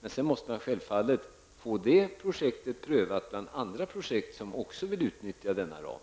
Men sedan måste självfallet detta projekt prövas liksom andra projekt som också vill utnyttja anslaget inom denna